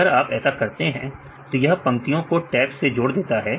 अगर आप ऐसा करते हैं तो यह पंक्तियों को टैब से जोड़ देता है